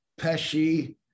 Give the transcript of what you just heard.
Pesci